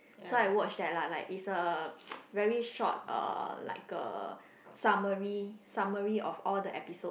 so I watch that lah like is a very short uh like a summary summary of all the episode